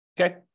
Okay